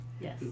Yes